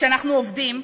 כשאנחנו עובדים,